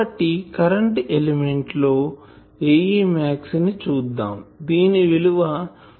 కాబట్టి current element లో Ae max ని చూద్దాందీని విలువ0